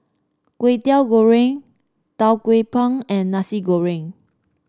Kway Teow Goreng Tau Kwa Pau and Nasi Goreng